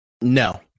No